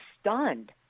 stunned